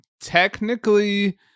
technically